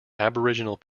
aboriginal